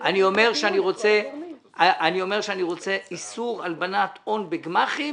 אני אומר שאני רוצה איסור הלבנת הון בגמ"חים.